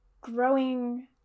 growing